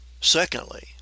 Secondly